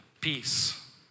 peace